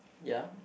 ya